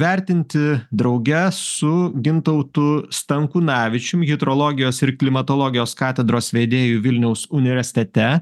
vertinti drauge su gintautu stankūnavičium hidrologijos ir klimatologijos katedros vedėju vilniaus universitete